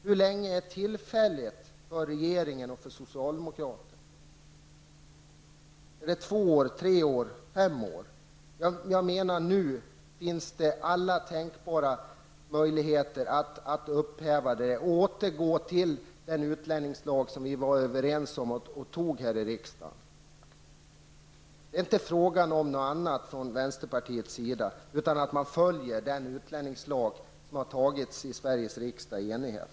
Hur långt tid skall något tillfälligt pågå enligt regeringen och socialdemokraterna? Är det två år, tre år eller fem år? Jag menar att det nu finns alla tänkbara möjligheter att upphäva detta beslut och återgå till det som vi var överens om enligt den utlänningslag som vi tidigare har antagit här i riksdagen. Det är inte fråga om något annat från vänsterpartiets sida än att man skall följa den utlänningslag som Sveriges riksdag har antagit i enighet.